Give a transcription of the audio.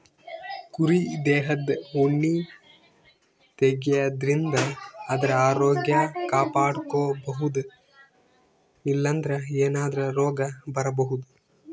ಕುರಿ ದೇಹದ್ ಉಣ್ಣಿ ತೆಗ್ಯದ್ರಿನ್ದ ಆದ್ರ ಆರೋಗ್ಯ ಕಾಪಾಡ್ಕೊಬಹುದ್ ಇಲ್ಲಂದ್ರ ಏನಾದ್ರೂ ರೋಗ್ ಬರಬಹುದ್